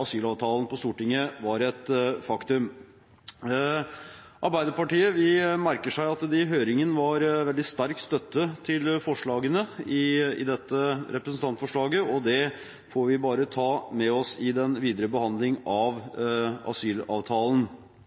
asylavtalen på Stortinget var et faktum. Arbeiderpartiet merker seg at det i høringen var veldig sterk støtte til forslagene i dette representantforslaget, og det får vi bare ta med oss i den videre behandlingen av asylavtalen